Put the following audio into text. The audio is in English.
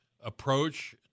approach